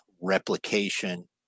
replication